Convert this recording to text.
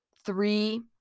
three